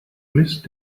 mist